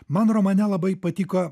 man romane labai patiko